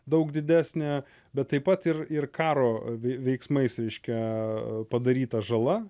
daug didesnė bet taip pat ir ir karo vei veiksmais reiškia padaryta žala